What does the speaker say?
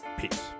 Peace